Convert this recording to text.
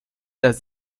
las